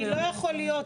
כי לא יכול להיות,